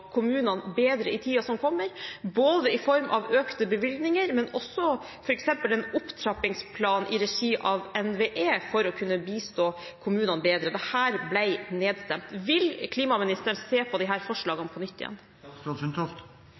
kommunene bedre i tiden som kommer, i form av både økte bevilgninger og f.eks. en opptrappingsplan i regi av NVE for å kunne bistå kommunene bedre. Dette ble nedstemt. Vil klimaministeren se på disse forslagene på nytt?